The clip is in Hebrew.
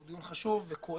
זה דיון חשוב וכואב